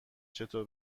چطور